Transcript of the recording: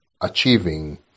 achieving